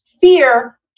Fear